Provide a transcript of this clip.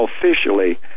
officially